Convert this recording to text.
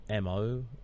mo